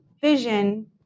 vision